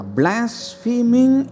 blaspheming